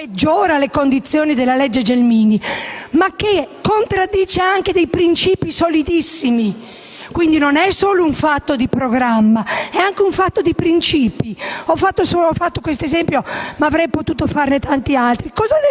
peggiora le condizioni della legge Gelmini, ma che contraddice anche dei principi solidissimi. Non si tratta, quindi, solo di programma, ma anche di principi. Ho fatto questo esempio, ma avrei potuto farne tanti altri. Cosa deve